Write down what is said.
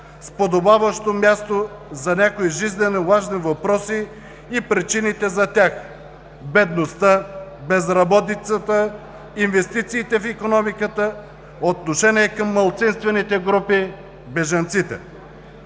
с подобаващо място за някои жизненоважни въпроси и причините за тях: бедността, безработицата, инвестициите в икономиката, отношението към малцинствените групи, бежанците.